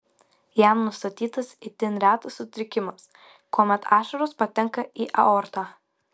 jam nustatytas itin retas sutrikimas kuomet ašaros patenka į aortą